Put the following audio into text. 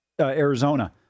Arizona